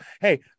hey